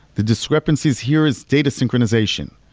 the discrepancies here is data synchronization.